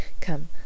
Come